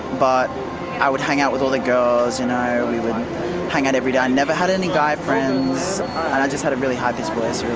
but i would hang out with all the girls, and we would hang out every day, i never had any guy friends, and i just had a really high-pitched voice.